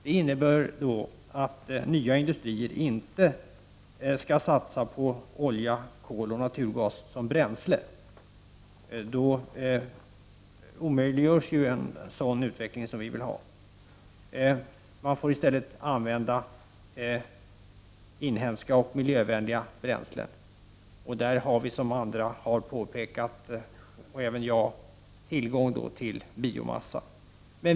Det innebär att nya industrier inte skall satsa på olja, kol och naturgas som bränsle, eftersom en sådan utveckling som vi vill ha då omöjliggörs. Man får i stället använda inhemska och miljövänliga bränslen. Som andra och även jag har påpekat har vi tillgång till biomassa.